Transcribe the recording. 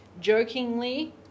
jokingly